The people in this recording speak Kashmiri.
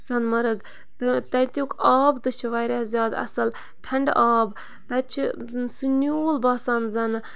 سۄنہٕ مَرٕگ تہٕ تَتیُک آب تہِ چھُ واریاہ زیادٕ اَصٕل ٹھَنڈٕ آب تَتہِ چھِ سُہ نیوٗل باسان زَنہٕ